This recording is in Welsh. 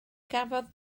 gafodd